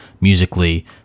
musically